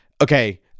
Okay